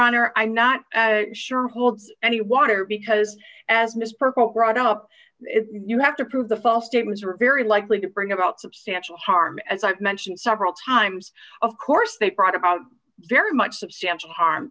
honor i'm not sure holds any water because as ms perko crowd up you have to prove the false statements were very likely to bring about substantial harm as i've mentioned several times of course they brought about very much substantial harm